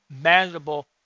manageable